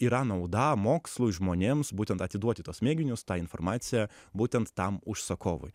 yra nauda mokslui žmonėms būtent atiduoti tuos mėginius tą informaciją būtent tam užsakovui